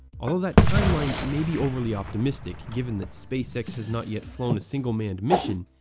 although that timeline may be overly optimistic given that spacex has not yet flown a single manned mission,